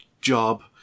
job